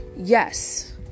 yes